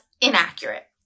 inaccurate